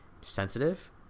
sensitive